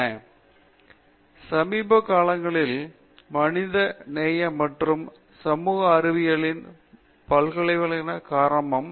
பேராசிரியர் ராஜேஷ் குமார் சமீப காலங்களில் மனிதநேய மற்றும் சமூக அறிவியல்களின் பல்வகைதன்மை காரணமாக